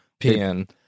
PN